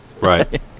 Right